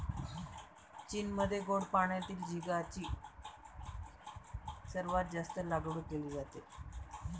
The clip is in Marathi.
चीनमध्ये गोड पाण्यातील झिगाची सर्वात जास्त लागवड केली जाते